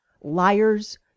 liars